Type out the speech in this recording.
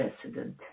President